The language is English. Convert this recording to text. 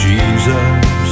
Jesus